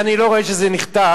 אני לא רואה שזה נכתב.